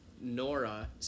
Nora